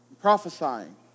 prophesying